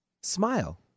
smile